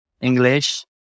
English